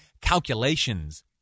calculations